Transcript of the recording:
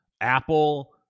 Apple